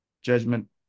Judgment